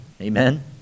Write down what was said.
Amen